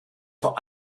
vor